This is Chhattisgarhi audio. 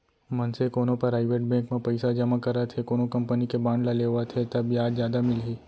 मनसे कोनो पराइवेट बेंक म पइसा जमा करत हे कोनो कंपनी के बांड ल लेवत हे ता बियाज जादा मिलही